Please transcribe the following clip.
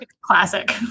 classic